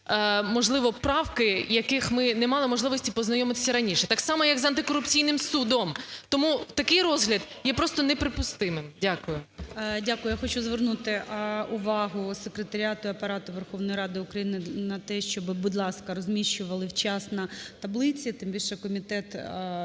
можливо, правки, яких ми не мали можливості познайомитися раніше. Так само, як з антикорупційний судом. Тому такий розгляд є просто неприпустимим. Дякую. ГОЛОВУЮЧИЙ. Дякую. Я хочу звернути увагу секретаріату і Апарату Верховної Ради України на те, щоби, будь ласка, розміщували вчасно таблиці, тим більше комітет